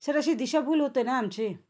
sir अशी दिशाभूल होते ना आमची